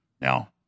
Now